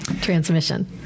transmission